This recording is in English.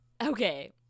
Okay